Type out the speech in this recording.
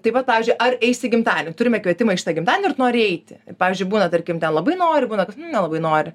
tai vat pavyzdžiui ar eis į gimtadienį turime kvietimą į šitą gimtadienį ar tu nori eiti pavyzdžiui būna tarkim ten labai nori būti nelabai nori